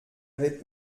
avait